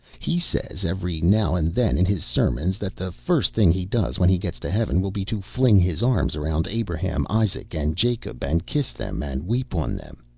he says, every now and then in his sermons, that the first thing he does when he gets to heaven, will be to fling his arms around abraham, isaac and jacob, and kiss them and weep on them.